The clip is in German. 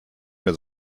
mehr